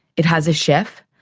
it has a chef,